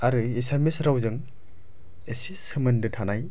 आरो एसामिस रावजों एसे सोमोन्दो थानाय